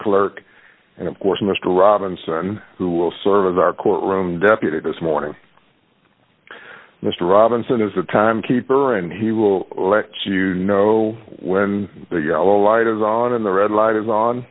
clerk and of course mr robinson who will serve as our court room deputy this morning mr robinson is the time keeper and he will let you know when the yellow light is on and the red light is